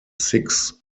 six